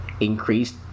increased